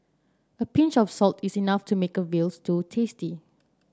a pinch of salt is enough to make a veal stew tasty